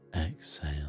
exhale